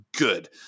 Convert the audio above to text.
Good